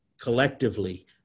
collectively